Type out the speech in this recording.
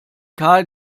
kahl